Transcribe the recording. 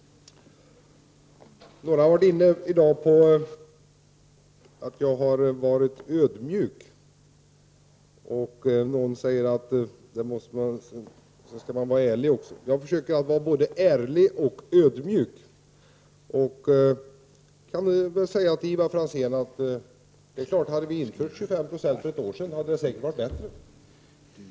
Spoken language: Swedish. Några talare har i dag kommit in på frågan huruvida jag varit ödmjuk, och någon sade också att man skall vara ärlig. Jag försöker att vara både ärlig och ödmjuk. Jag kan till Ivar Franzén säga att det säkert hade varit bättre om vi infört en investeringsskatt på 25 20 för ett år sedan.